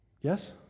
Yes